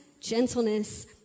gentleness